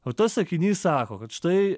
o tas sakinys sako kad štai